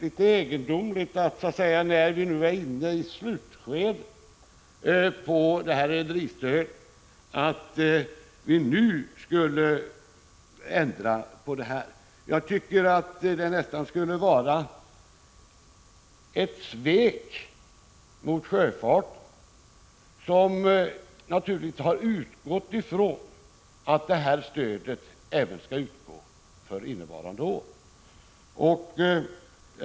Att nu, när vi så att säga är inne i rederistödets slutskede, ändra på detta är därför litet egendomligt. Jag tycker nästan att det skulle vara ett svek mot sjöfarten, som naturligtvis har utgått från att stödet skulle utgå även för innevarande år.